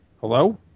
Hello